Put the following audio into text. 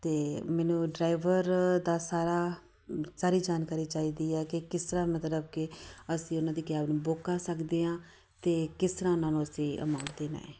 ਅਤੇ ਮੈਨੂੰ ਡਰਾਈਵਰ ਦਾ ਸਾਰਾ ਸਾਰੀ ਜਾਣਕਾਰੀ ਚਾਹੀਦੀ ਹੈ ਕਿ ਕਿਸ ਤਰ੍ਹਾਂ ਮਤਲਬ ਕਿ ਅਸੀਂ ਉਹਨਾਂ ਦੀ ਕੈਬ ਨੂੰ ਬੁੱਕ ਕਰ ਸਕਦੇ ਅ ਅਤੇ ਕਿਸ ਤਰ੍ਹਾਂ ਉਹਨਾਂ ਨੂੰ ਅਸੀਂ ਅਮਾਊਂਟ ਦੇਣਾ ਹੈ